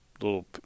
little